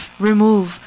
remove